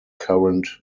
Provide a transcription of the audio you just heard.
current